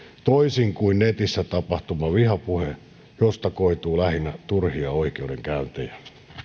toisin kuin netissä tapahtuva vihapuhe josta koituu lähinnä turhia oikeudenkäyntejä